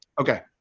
Okay